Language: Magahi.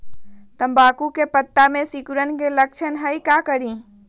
तम्बाकू के पत्ता में सिकुड़न के लक्षण हई का करी?